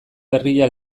berria